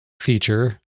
feature